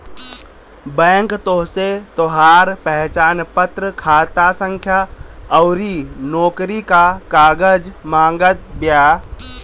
bank तोहसे तोहार पहचानपत्र, खाता संख्या अउरी नोकरी कअ कागज मांगत बिया